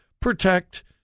Protect